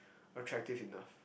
attractive enough